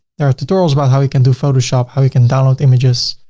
there are tutorials about how we can do photoshop, how we can download images.